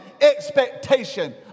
expectation